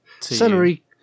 Celery